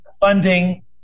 funding